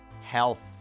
health